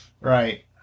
Right